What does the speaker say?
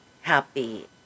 happy